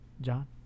John